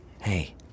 Hey